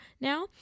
now